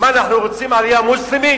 מה, אנחנו רוצים עלייה מוסלמית?